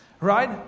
right